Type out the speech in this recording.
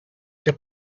the